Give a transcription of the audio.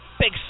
Big